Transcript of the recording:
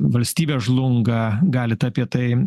valstybės žlunga galiteapie tai